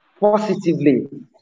positively